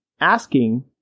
asking